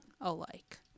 alike